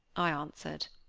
i answered.